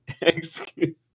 Excuse